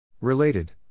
Related